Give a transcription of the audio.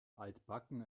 altbacken